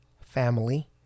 family